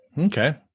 Okay